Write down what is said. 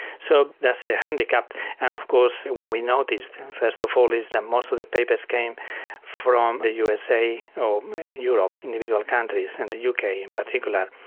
so that's a handicap. and of course what we noticed first of all is that most of the papers came from the usa or europe, individual countries, and the uk in particular.